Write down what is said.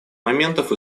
моментов